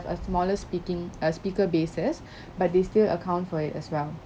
a smaller speaking err speaker bases but they still account for it as well